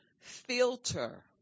filter